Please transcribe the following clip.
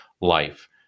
life